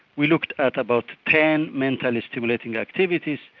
we looked at about ten mentally stimulating activities.